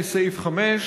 לסעיף 5,